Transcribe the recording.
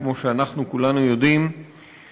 כמו שאנחנו כולנו יודעים,